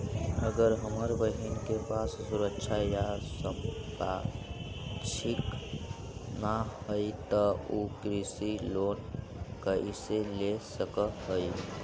अगर हमर बहिन के पास सुरक्षा या संपार्श्विक ना हई त उ कृषि लोन कईसे ले सक हई?